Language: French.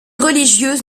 religieuses